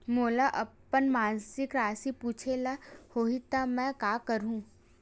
मोला अपन मासिक राशि पूछे ल होही त मैं का करहु?